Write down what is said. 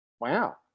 Wow